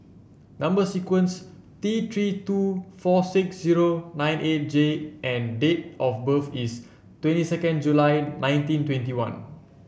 number sequence T Three two four six zero nine eight J and date of birth is twenty second July nineteen twenty one